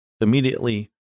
Immediately